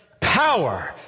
power